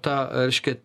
ta reiškia